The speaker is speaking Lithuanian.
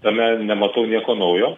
tame nematau nieko naujo